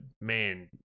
man